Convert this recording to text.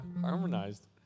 Harmonized